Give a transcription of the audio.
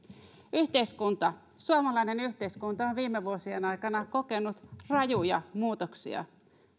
suomalainen yhteiskunta on viime vuosien aikana kokenut rajuja muutoksia